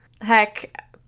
Heck